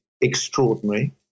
extraordinary